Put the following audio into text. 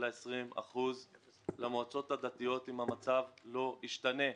20% למועצות הדתיות אם המצב לא ישתנה.